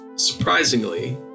surprisingly